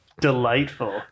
delightful